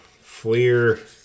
Fleer